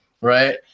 right